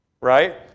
right